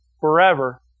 forever